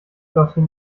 dorthin